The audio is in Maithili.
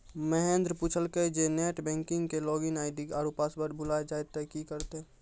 महेन्द्र पुछलकै जे नेट बैंकिग के लागिन आई.डी आरु पासवर्ड भुलाय जाय त कि करतै?